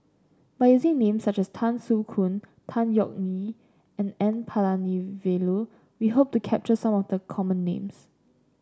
by using names such as Tan Soo Khoon Tan Yeok Nee and N Palanivelu we hope to capture some of the common names